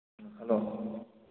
hello